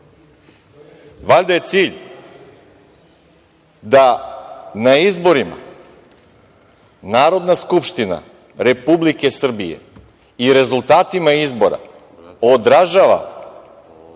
Valjda je cilj da na izborima Narodna skupština Republike Srbije i rezultatima izbora odražava